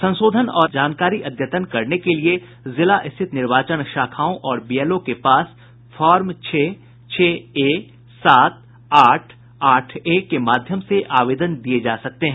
संशोधन और जानकारी अद्यतन करने के लिए जिला स्थित निर्वाचन शाखाओं और बीएलओ के पास फार्म छह छह ए सात आठ आठ ए के माध्यम से आवेदन दिये जा सकते हैं